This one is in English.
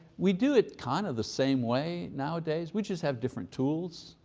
we do it kind of the same way. nowadays we just have different tools.